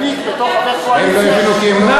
הם לא הבינו כי הם לא רצו להבין.